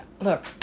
look